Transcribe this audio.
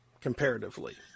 comparatively